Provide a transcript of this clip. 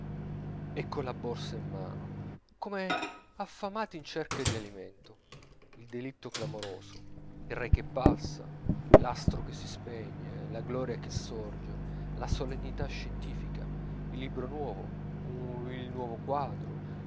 e colla borsa in mano come affamati in cerca di alimento il delitto clamoroso il re che passa l'astro che si spegne la gloria che sorge la solennità scientifica il libro nuovo il nuovo quadro